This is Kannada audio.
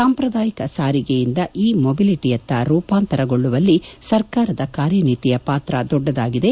ಸಾಂಪ್ರದಾಯಿಕ ಸಾರಿಗೆಯಿಂದ ಇ ಮೊಬಿಲಿಟಯತ್ತ ರೂಪಾಂತರಗೊಳ್ದುವಲ್ಲಿ ಸರ್ಕಾರದ ಕಾರ್ಯನೀತಿಯ ಪಾತ್ರ ದೊಡ್ಡದಾಗಿದೆ